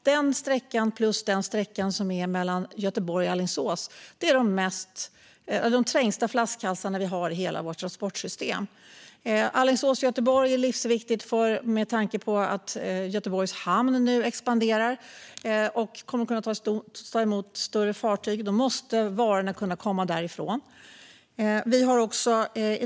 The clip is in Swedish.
Denna sträcka plus sträckan Göteborg-Alingsås är de trängsta flaskhalsarna i hela vårt transportsystem. Göteborg-Alingsås är livsviktigt med tanke på att Göteborgs hamn nu expanderar och kommer att kunna ta emot större fartyg. Då måste varorna kunna transporteras därifrån.